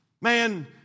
Man